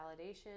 validation